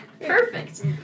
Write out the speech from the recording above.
Perfect